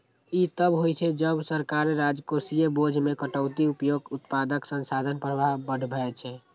ई तब होइ छै, जब सरकार राजकोषीय बोझ मे कटौतीक उपयोग उत्पादक संसाधन प्रवाह बढ़बै छै